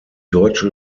deutsche